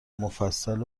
مفصل